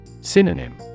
Synonym